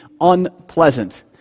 unpleasant